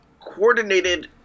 Coordinated